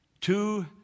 two